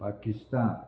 Pakistan